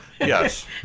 Yes